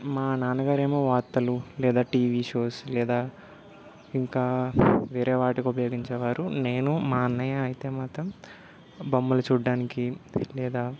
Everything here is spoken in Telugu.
మా నాన్నగారేమో వార్తలు లేదా టీవీ షోస్ లేదా ఇంకా వేరే వాటికి ఉపయోగించేవారు నేను మా అన్నయ్య అయితే మాత్రం బొమ్మలు చూడడానికి లేదా